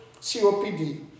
COPD